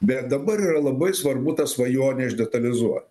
bet dabar yra labai svarbu tą svajonę išdetalizuot